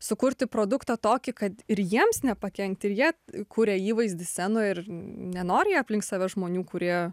sukurti produktą tokį kad ir jiems nepakenkti ir jie kuria įvaizdį scenoj ir nenori jie aplink save žmonių kurie